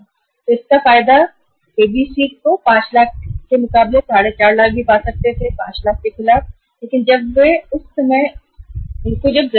तो ABC के लिए फायदा रहा कि वे 5 लाख रुपए के बदले 45 लाख रुपए पा सकते हैं परंतु उस समय पर जब उन्हें उसकी आवश्यकता है